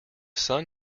sun